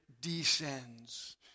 descends